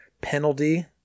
penalty